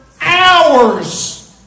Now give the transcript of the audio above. hours